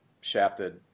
shafted